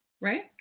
Right